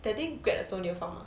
that day grad 的时候你有放 mah